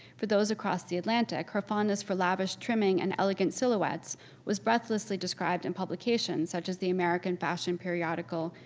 for those across the atlantic, her fondness for lavish trimming and elegant silhouettes was breathlessly described in publications such as the american fashion periodical,